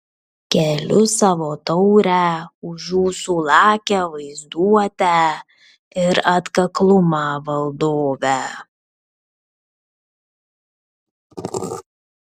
keliu savo taurę už jūsų lakią vaizduotę ir atkaklumą valdove